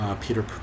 Peter